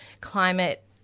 climate